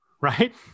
right